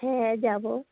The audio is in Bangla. হ্যাঁ যাব